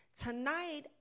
Tonight